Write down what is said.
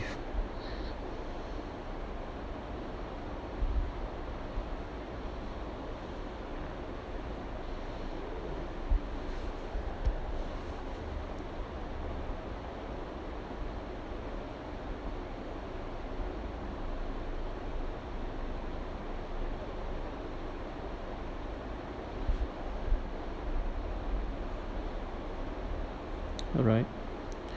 alright